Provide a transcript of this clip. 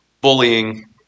bullying